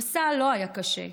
המסע לא היה קשה.